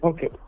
Okay